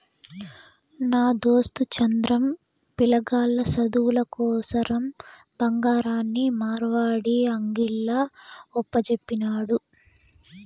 నా దోస్తు చంద్రం, పిలగాల్ల సదువుల కోసరం బంగారాన్ని మార్వడీ అంగిల్ల ఒప్పజెప్పినాడు